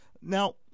Now